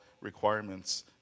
requirements